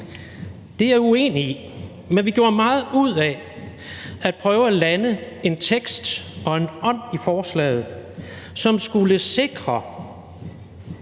Det er jeg uenig i. Men vi gjorde meget ud af at prøve at lande en tekst og en ånd i forslaget, som skulle sikre,